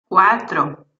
cuatro